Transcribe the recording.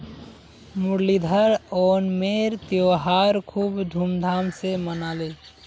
मुरलीधर ओणमेर त्योहार खूब धूमधाम स मनाले